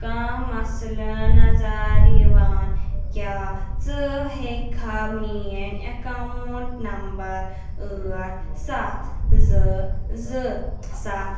کانٛہہ مسلہٕ نظار یِوان کیٛاہ ژٕ ہیٚکِکھا میٛٲنۍ اکاوُنٛٹ نمبر ٲٹھ سَتھ زٕ زٕ سَتھ